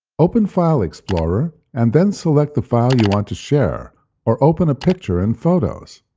open file explorer, and then select the file you want to share or open a picture in photos.